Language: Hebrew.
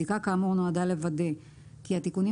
בדיקה כאמור נועדה לוודא כי התיקונים,